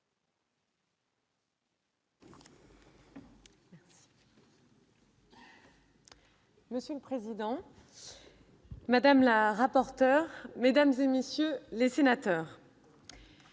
Monsieur le président, monsieur le rapporteur, mesdames, messieurs les sénateurs,